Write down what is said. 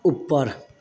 ऊपर